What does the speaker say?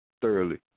thoroughly